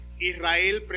Israel